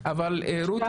יהיה ממשרד